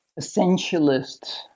essentialist